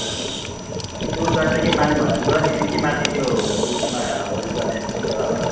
त्यो tour guide चाहिँ के माने भन्ज्याङबाट लिने कि माथि त्यो उयसमा होल्ड गर्ने जग्गाबाट